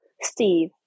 Steve